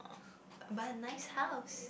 buy a nice house